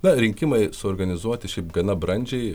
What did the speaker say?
kad rinkimai suorganizuoti šiaip gana brandžiai